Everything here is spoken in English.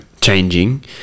changing